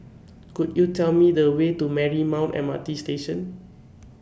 Could YOU Tell Me The Way to Marymount M R T Station